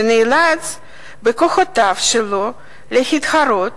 שנאלץ בכוחותיו שלו להתחרות